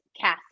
castle